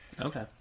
Okay